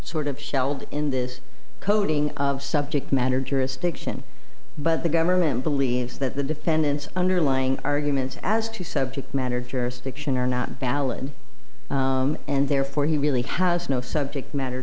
sort of shelled in this coding of subject matter jurisdiction but the government believes that the defendants underlying arguments as to subject matter jurisdiction are not valid and therefore he really has no subject matter